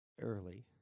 early